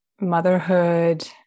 motherhood